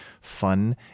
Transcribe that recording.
fun